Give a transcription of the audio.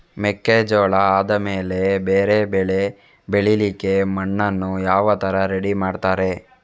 ಮೆಕ್ಕೆಜೋಳ ಆದಮೇಲೆ ಬೇರೆ ಬೆಳೆ ಬೆಳಿಲಿಕ್ಕೆ ಮಣ್ಣನ್ನು ಯಾವ ತರ ರೆಡಿ ಮಾಡ್ತಾರೆ?